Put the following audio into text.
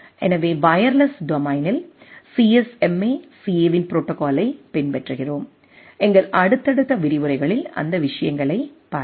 எனவே வயர்லெஸ் டொமைனில் சிஎஸ்எம்ஏ சிஏவின் ப்ரோடோகாலைப் பின்பற்றுகிறோம் எங்கள் அடுத்தடுத்த விரிவுரைகளில் அந்த விஷயங்களைப் பார்ப்போம்